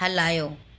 हलायो